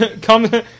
Come